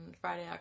Friday